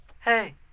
Hey